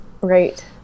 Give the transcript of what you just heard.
Right